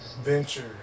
venture